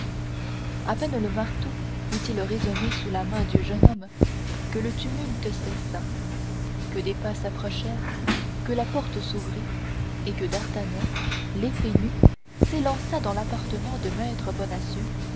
à peine le marteau eut-il résonné sous la main du jeune homme que le tumulte cessa que des pas s'approchèrent que la porte s'ouvrit et que d'artagnan l'épée nue s'élança dans l'appartement de maître